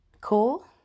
Cool